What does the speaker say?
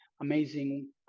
amazing